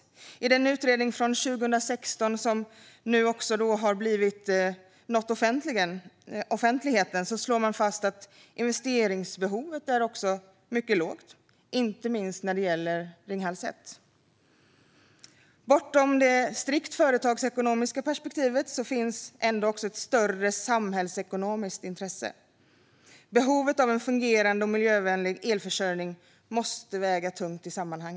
I den utredning från 2016 som nu nått offentligheten slår man fast att investeringsbehovet är mycket lågt, inte minst när det gäller Ringhals 1. Bortom det strikt företagsekonomiska perspektivet finns ändå också ett större samhällsekonomiskt intresse. Behovet av en fungerande och miljövänlig elförsörjning måste väga tungt i sammanhanget.